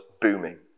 booming